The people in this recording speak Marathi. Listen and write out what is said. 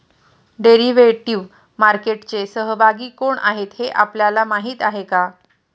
डेरिव्हेटिव्ह मार्केटचे सहभागी कोण आहेत हे आपल्याला माहित आहे का?